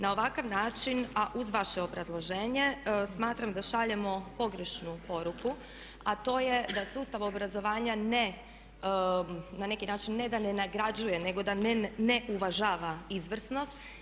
Na ovakav način, a uz vaše obrazloženje smatram da šaljemo pogrešnu poruku, a to je da sustav obrazovanja ne, na neki način ne da ne nagrađuje, nego da ne uvažava izvrsnost.